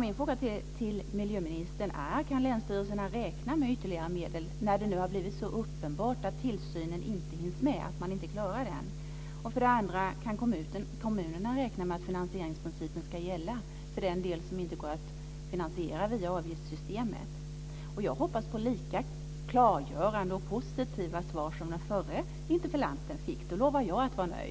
Mina frågor till miljöministern är: Kan länsstyrelserna räkna med ytterligare medel när det nu har blivit så uppenbart att man inte klarar att hinna med tillsynen? Kan kommunerna räkna med att finansieringsprincipen ska gälla för den del som inte går att finansiera via avgiftssystemet? Jag hoppas på lika klargörande och positiva svar som den förre interpellanten fick. Då lovar jag att vara nöjd.